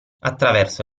attraverso